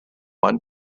one